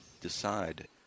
decide